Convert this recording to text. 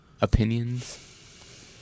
opinions